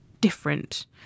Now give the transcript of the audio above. different